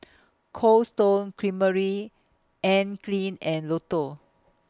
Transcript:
Cold Stone Creamery Anne Klein and Lotto